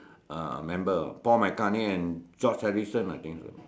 uh member Paul McCartney and George Harrison I think